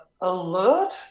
Alert